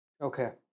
Okay